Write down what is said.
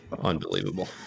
Unbelievable